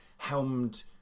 Helmed